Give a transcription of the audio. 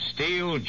steel